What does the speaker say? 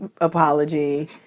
apology